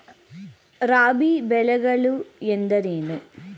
ರಾಬಿ ಬೆಳೆಗಳು ಎಂದರೇನು?